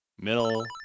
middle